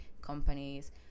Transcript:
companies